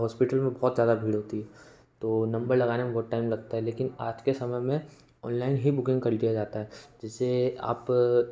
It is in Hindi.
हौस्पिटल में बहुत ज़्यादा भीड़ होती है तो नंबर लगाने में बहुत टैम लगता है लेकिन आज के समय में ओनलैन ही बुकिंग कर दिया जाता है जिससे आप